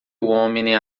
uomini